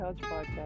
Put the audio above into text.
podcast